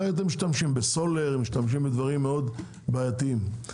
משתמשים בסולר, בדברים מאוד בעייתיים.